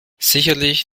sicherlich